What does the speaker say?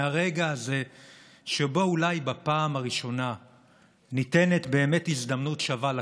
מהרגע הזה שבו אולי בפעם הראשונה ניתנת באמת הזדמנות שווה לכול,